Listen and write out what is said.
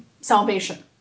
salvation